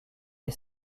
les